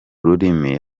rurimi